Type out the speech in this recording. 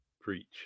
Preach